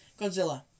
Godzilla